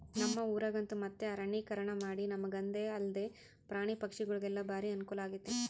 ನಮ್ಮ ಊರಗಂತೂ ಮತ್ತೆ ಅರಣ್ಯೀಕರಣಮಾಡಿ ನಮಗಂದೆ ಅಲ್ದೆ ಪ್ರಾಣಿ ಪಕ್ಷಿಗುಳಿಗೆಲ್ಲ ಬಾರಿ ಅನುಕೂಲಾಗೆತೆ